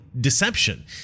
deception